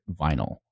vinyl